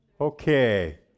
Okay